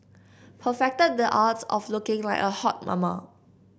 perfected the art of looking like a hot mama